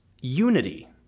unity